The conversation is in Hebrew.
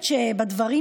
שם באמת